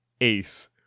Ace